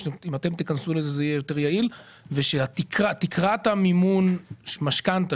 ואם אתם תיכנסו לזה זה יהיה יותר יעיל שתקרת המימון של משכנתא